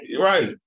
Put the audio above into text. Right